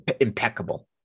impeccable